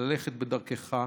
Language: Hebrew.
ללכת בדרכך.